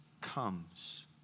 comes